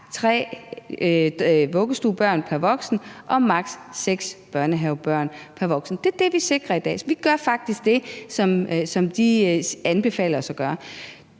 vuggestuebørn pr. voksen og maks. seks børnehavebørn pr. voksen. Det er det, vi sikrer med det her i dag. Vi gør faktisk det, som de anbefaler os at gøre.